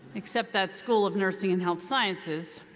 except that school of nursing and health sciences,